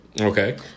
Okay